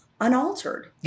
unaltered